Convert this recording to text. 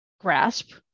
grasp